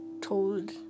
told